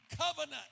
covenant